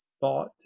thought